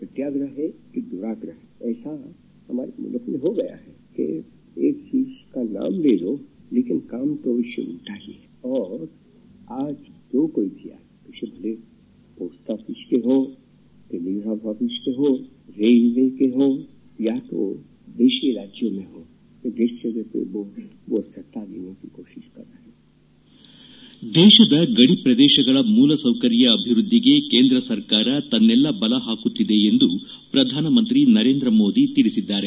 ಧ್ದನಿ ಗಾಂಧೀಜಿ ದೇಶದ ಗಡಿ ಪ್ರದೇಶಗಳ ಮೂಲಸೌಕರ್ಯ ಅಭಿವ್ವದ್ದಿಗೆ ಕೇಂದ್ರ ಸರ್ಕಾರ ತನ್ನೆಲ್ಲ ಬಲ ಹಾಕುತ್ತಿದೆ ಎಂದು ಪ್ರಧಾನಮಂತ್ರಿ ನರೇಂದ್ರ ಮೋದಿ ತಿಳಿಸಿದ್ದಾರೆ